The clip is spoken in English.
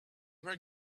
were